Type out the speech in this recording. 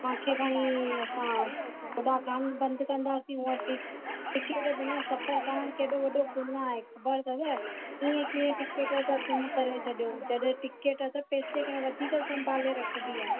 तव्हांखे खणी असां सॾा अकाउंट बंदि कंदासी मूं वटि टिकट बिना सफर करण केॾो वड़ो गुनाह आहे ख़बर अथव ईअं कीअं टिकट तव्हां गुम करे छॾियो जॾहिं टिकट त पैसे खां वधीक संभाली रखबी आहे